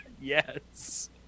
Yes